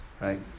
right